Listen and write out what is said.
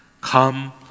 come